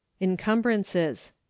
Encumbrances